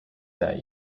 that